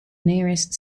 nearest